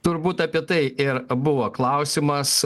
turbūt apie tai ir buvo klausimas